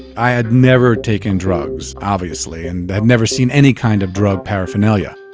i had never taken drugs, obviously, and had never seen any kind of drug paraphernalia.